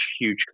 huge